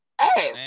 ass